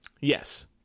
Yes